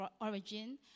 origin